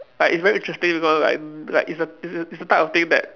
like it's very interesting because like like it's the it's the type of thing that